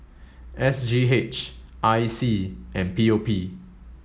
S G H I C and P O P